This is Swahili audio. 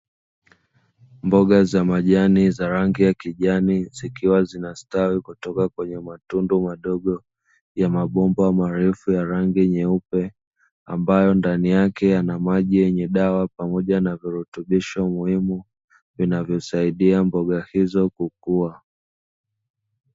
Mboga za majani zenye rangi ya kijani, zikiwa zinastawi kutoka kwenye matundu madogo ya mabonde marefu yenye rangi nyeupe. Ndani yake kuna Maji yenye dawa pamoja na virutubisho muhimu vinavyosaidia mboga hizo kukua.